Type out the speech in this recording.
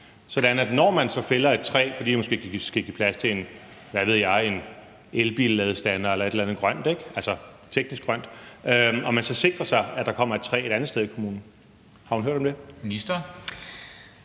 sådan at når man fælder et træ, fordi man måske skal give plads til, hvad ved jeg, en elbilladestander eller et eller andet grønt, altså teknisk grønt, sikrer man sig, at der kommer et træ et andet sted i kommunen. Har hun hørt om det?